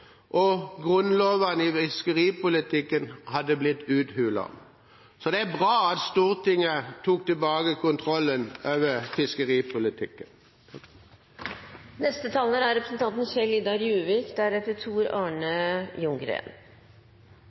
og de grunnleggende lovene i fiskeripolitikken hadde blitt uthulet. Så det er bra at Stortinget har tatt tilbake kontrollen over fiskeripolitikken. Fisken er